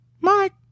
Mike